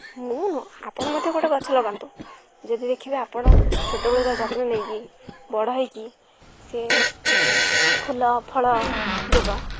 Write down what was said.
ମୁଁ ନୁହଁ ଆପଣ ମଧ୍ୟ ଗୋଟେ ଗଛ ଲଗାନ୍ତୁ ଯଦି ଦେଖିବେ ଆପଣ ଛୋଟବେଳୁ ତା ଯତ୍ନ ନେଇକି ବଡ଼ ହୋଇକି ସେ ଫୁଲ ଫଳ ଦେବ